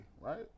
right